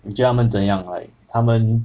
你觉得他们怎样 like 他们